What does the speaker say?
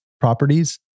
properties